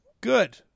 Good